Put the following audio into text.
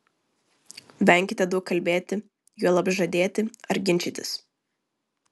venkite daug kalbėti juolab žadėti ar ginčytis